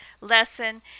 lesson